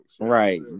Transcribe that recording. right